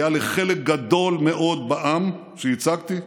היה לחלק גדול מאוד בעם שייצגתי,